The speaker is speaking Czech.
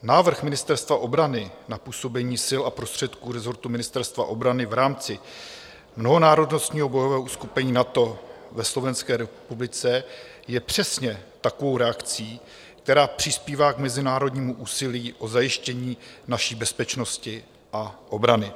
Návrh Ministerstva obrany na působení sil a prostředků rezortu Ministerstva obrany v rámci mnohonárodnostního bojového uskupení NATO ve Slovenské republice je přesně takovou reakcí, která přispívá k mezinárodnímu úsilí o zajištění naší bezpečnosti a obrany.